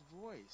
voice